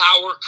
power